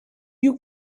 you